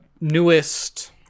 newest